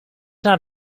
not